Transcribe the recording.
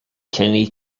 kenny